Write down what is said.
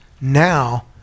Now